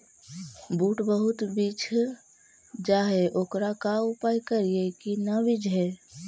बुट बहुत बिजझ जा हे ओकर का उपाय करियै कि न बिजझे?